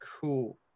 Cool